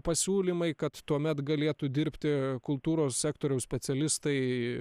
pasiūlymai kad tuomet galėtų dirbti kultūros sektoriaus specialistai